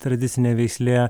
tradicinė veislė